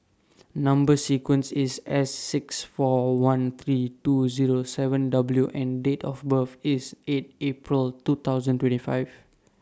Number sequence IS S six four one three two Zero seven W and Date of birth IS eight April two thousand and twenty five